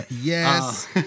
Yes